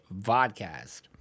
vodcast